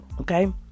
Okay